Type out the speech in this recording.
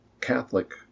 Catholic